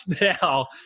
now